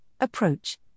approach